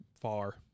far